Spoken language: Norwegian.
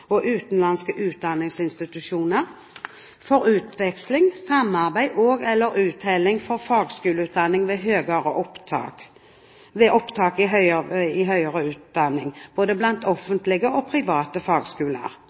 og utenlandske utdanningsinstitusjoner for utveksling, samarbeid og/eller uttelling for fagskoleutdanningen ved opptak til høyere utdanning både blant offentlige og private fagskoler.